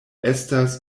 estas